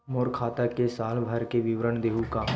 मोर खाता के साल भर के विवरण देहू का?